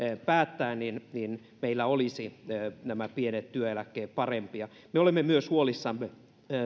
päättää niin niin meillä olisi nämä pienet työeläkkeet parempia me olemme myös huolissamme